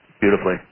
beautifully